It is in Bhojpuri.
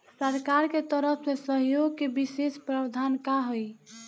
सरकार के तरफ से सहयोग के विशेष प्रावधान का हई?